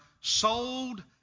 sold